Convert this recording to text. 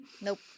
Nope